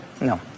No